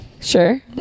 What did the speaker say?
Sure